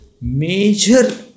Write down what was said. Major